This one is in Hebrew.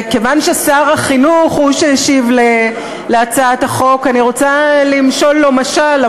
כיוון ששר החינוך הוא שהשיב על הצעת החוק אני רוצה למשול לו משל,